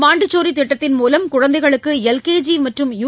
Montessori திட்டத்தின் மூலம் குழந்தைகளுக்கு எல்கேஜி மற்றும் யு